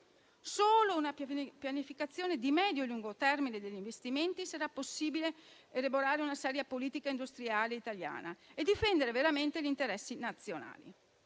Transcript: con una pianificazione di medio e lungo termine degli investimenti sarà possibile elaborare una serie politica industriale italiana e difendere veramente gli interessi nazionali.